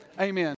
amen